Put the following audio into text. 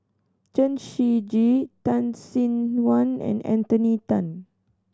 Chen Shiji Tan Sin Aun and Anthony Then